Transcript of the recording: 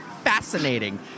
Fascinating